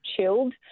chilled